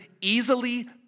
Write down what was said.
easily